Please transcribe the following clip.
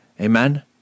Amen